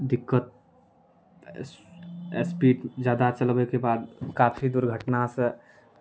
दिक्कत स्पीड जादा चलबैके बाद काफी दुर्घटना सऽ